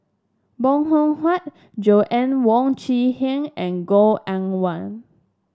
Bong Hiong Hwa Joanna Wong Quee Heng and Goh Eng Wah